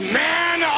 man